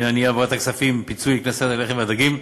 שאילתה בעניין אי-העברת כספי פיצויים לכנסיית הלחם והדגים.